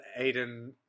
Aiden